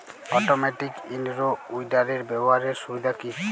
Automatic in row উইডারের ব্যবহারের সুবিধা কি?